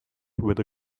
with